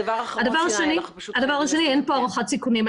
הדבר השני, אין פה הערכת סיכונים.